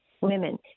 Women